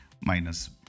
minus